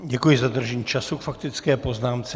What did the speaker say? Děkuji za dodržení času k faktické poznámce.